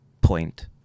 point